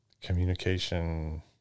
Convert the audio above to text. communication